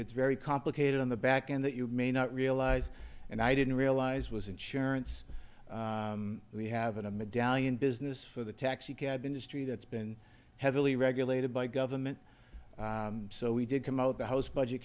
it's very complicated on the back end that you may not realize and i didn't realize was insurance we haven't a medallion business for the taxicab industry that's been heavily regulated by government so we did come out the house budget